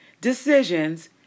decisions